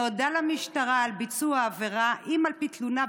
"נודע למשטרה על ביצוע העבירה אם על פי תלונה,